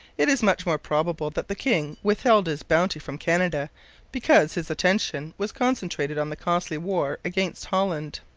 it is much more probable that the king withheld his bounty from canada because his attention was concentrated on the costly war against holland.